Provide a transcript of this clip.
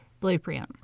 Blueprint